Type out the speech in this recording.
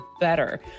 BETTER